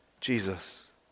Jesus